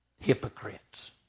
Hypocrites